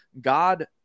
God